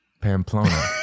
Pamplona